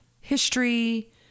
history